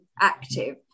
active